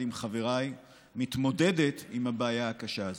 עם חבריי מתמודדת עם הבעיה הקשה הזאת.